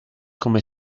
come